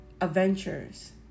Adventures